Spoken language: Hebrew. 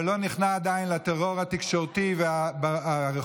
ולא ניכנע עדיין לטרור התקשורתי והרחובי.